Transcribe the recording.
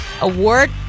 Award